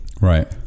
Right